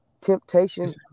temptation